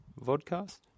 vodcast